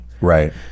right